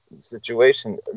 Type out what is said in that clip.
situation